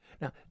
Now